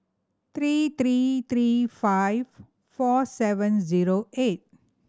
three three three five four seven zero eight